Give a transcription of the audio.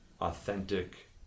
authentic